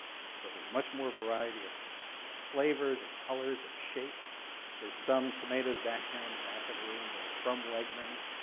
and so there's much more variety of of flavors, of colors, of shapes. there's some tomatoes back here in the back of the room that are from wegmans,